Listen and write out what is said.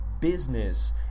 business